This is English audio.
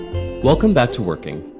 welcome back to working.